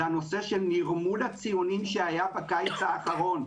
הנושא של נרמול הציונים שהיה בקיץ האחרון.